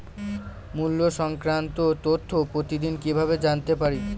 মুল্য সংক্রান্ত তথ্য প্রতিদিন কিভাবে জানতে পারি?